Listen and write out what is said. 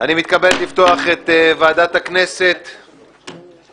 אני מתכבד לפתוח את ישיבת ועדת הכנסת בנושא: